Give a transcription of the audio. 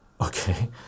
okay